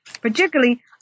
particularly